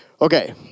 okay